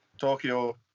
Tokyo